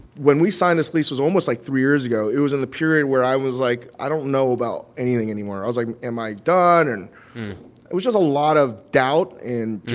when we signed this lease was almost, like, three years ago. it was in the period where i was like, i don't know about anything anymore. i was like, am i done? and it was just a lot of doubt and